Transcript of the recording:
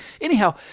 Anyhow